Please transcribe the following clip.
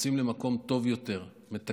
יוצאים למקום טוב יותר, מתקנים.